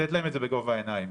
לתת להם את זה בגובה העיניים.